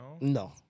no